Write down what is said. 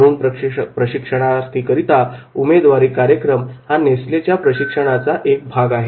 तरुण प्रशिक्षणार्थीकरिता उमेदवारी कार्यक्रम हा नेसलेच्या प्रशिक्षणाचा एक महत्त्वाचा भाग आहे